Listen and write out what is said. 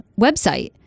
website